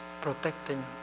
protecting